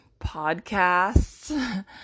podcasts